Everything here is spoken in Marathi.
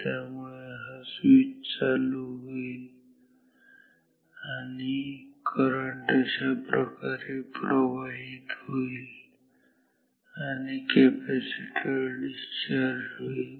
त्यामुळे हा स्वीच सुरू होईल आणि करंट अशाप्रकारे प्रवाहित होईल आणि कॅपॅसिटर डिस्चार्ज होईल